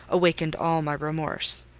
awakened all my remorse.